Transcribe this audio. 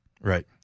Right